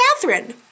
Catherine